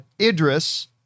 Idris